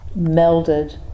melded